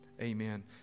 Amen